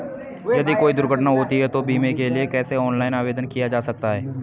यदि कोई दुर्घटना होती है तो बीमे के लिए कैसे ऑनलाइन आवेदन किया जा सकता है?